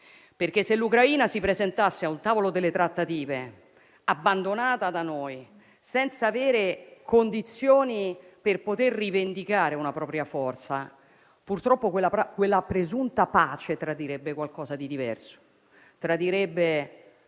perché se l'Ucraina si presentasse a un tavolo delle trattative abbandonata da noi, senza avere condizioni per rivendicare una propria forza, purtroppo quella presunta pace tradirebbe qualcosa di diverso: l'accettazione